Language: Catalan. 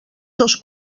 dos